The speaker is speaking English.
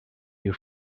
you